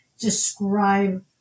Describe